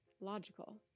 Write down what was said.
logical